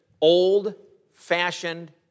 old-fashioned